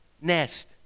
nest